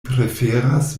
preferas